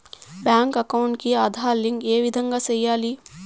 Bank account కి Aadhaar link ఏ విధంగా సెయ్యాలి?